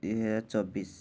ଦୁଇ ହଜାର ଚବିଶ